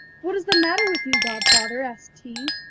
what is the matter with you, godfather asked he,